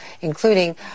including